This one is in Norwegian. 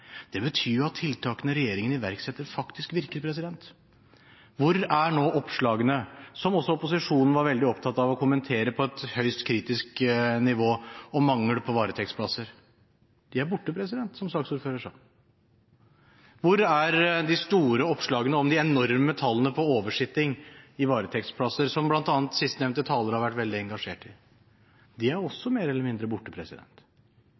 Det betyr jo at tiltakene regjeringen iverksetter, faktisk virker. Hvor er nå oppslagene, som opposisjonen var veldig opptatt av å kommentere på et høyst kritisk nivå, om mangel på varetektsplasser? De er borte, som saksordfører sa. Hvor er de store oppslagene om de enorme tallene på oversitting i varetektsplasser, som bl.a. sistnevnte taler har vært veldig engasjert i? De er også mer eller mindre borte.